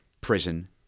prison